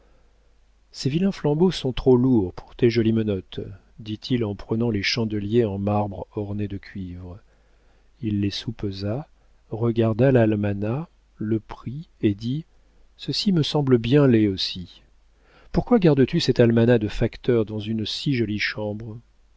ces vilains flambeaux sont trop lourds pour tes jolies menottes dit-il en prenant les chandeliers en marbre ornés de cuivre il les soupesa regarda l'almanach le prit et dit ceci me semble bien laid aussi pourquoi gardes tu cet almanach de facteur dans une si jolie chambre